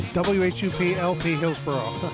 W-H-U-P-L-P-Hillsboro